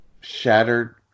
Shattered